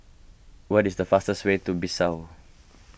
what is the fastest way to Bissau